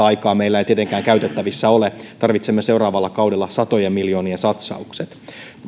aikaa meillä ei tietenkään käytettävissä ole tarvitsemme seuraavalla kaudella satojen miljoonien satsaukset